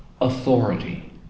authority